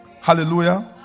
Hallelujah